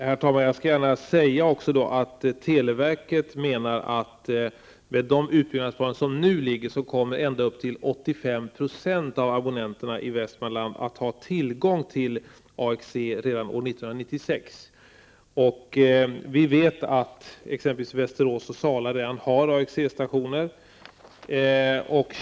Herr talman! Jag skulle också vilja säga att televerket menar att med de utbyggnadsplaner som nu föreligger kommer ända upp till 85 % av abonnenterna i Västmanland att ha tillgång till AXE redan år 1996. Vi vet att exempelvis att Västerås och Sala redan har AXE-stationer.